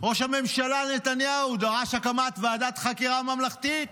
ראש הממשלה נתניהו דרש הקמת ועדת חקירה ממלכתית.